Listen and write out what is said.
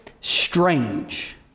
strange